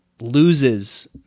loses